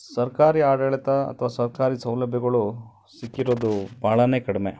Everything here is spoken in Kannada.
ಸರ್ಕಾರಿ ಆಡಳಿತ ಅಥವಾ ಸರ್ಕಾರಿ ಸೌಲಭ್ಯಗಳು ಸಿಕ್ಕಿರೋದು ಭಾಳಾ ಕಡಿಮೆ